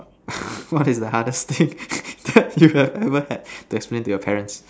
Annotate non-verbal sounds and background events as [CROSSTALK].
[LAUGHS] what is the hardest thing [LAUGHS] you have ever had to explain to your parents